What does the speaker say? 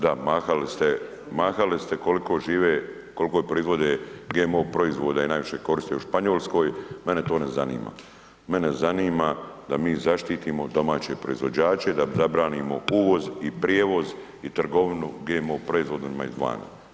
Da, mahali ste, mahali ste koliko žive, koliko proizvode GMO proizvoda i najviše koriste u Španjolskoj, mene to ne zanima, mene zanima da mi zaštitimo domaće proizvođače i da zabranimo uvoz i prijevoz i trgovinu GMO proizvodima izvana.